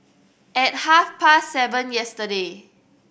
at half past seven yesterday